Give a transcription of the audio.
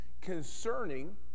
concerning